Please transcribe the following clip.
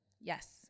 yes